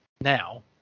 now